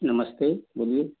नमस्ते बोलिए